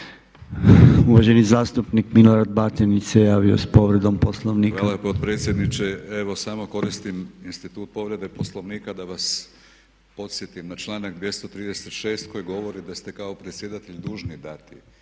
Uvaženi zastupnik Milorad Batinić se javio s povredom Poslovnika. **Batinić, Milorad (HNS)** Hvala potpredsjedniče. Evo samo koristim institut povrede Poslovnika da vas podsjetim na članak 236. koji govori da ste kao predsjedatelj dužni dati